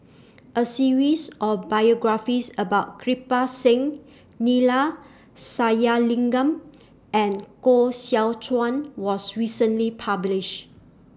A series of biographies about Kirpal Singh Neila Sathyalingam and Koh Seow Chuan was recently published